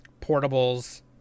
portables